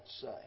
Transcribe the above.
say